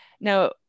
now